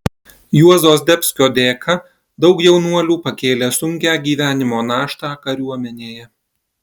juozo zdebskio dėka daug jaunuolių pakėlė sunkią gyvenimo naštą kariuomenėje